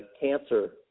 cancer